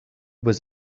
was